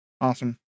Awesome